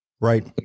Right